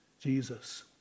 Jesus